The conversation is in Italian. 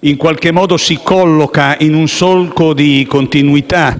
in qualche modo si colloca in un solco di continuità